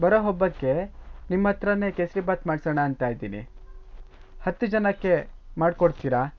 ಬರೋ ಹಬ್ಬಕ್ಕೆ ನಿಮ್ಮ ಹತ್ರನೆ ಕೇಸರಿ ಬಾತ್ ಮಾಡ್ಸೋಣ ಅಂತ ಇದ್ದೀನಿ ಹತ್ತು ಜನಕ್ಕೆ ಮಾಡ್ಕೊಡ್ತೀರಾ